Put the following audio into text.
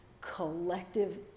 collective